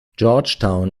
georgetown